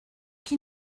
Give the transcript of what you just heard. qui